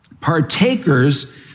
Partakers